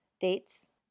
dates